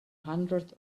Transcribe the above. hundreds